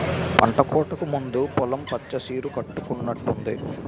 పంటకోతకు ముందు పొలం పచ్చ సీర కట్టుకునట్టుంది